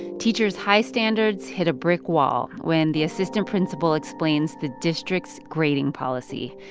teachers' high standards hit a brick wall when the assistant principal explains the district's grading policy.